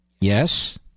Yes